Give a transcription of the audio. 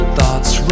Thoughts